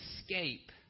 escape